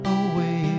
away